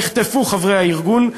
נחטפו חברי הארגון,